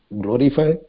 glorify